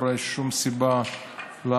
לא רואה שום סיבה למה